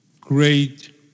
great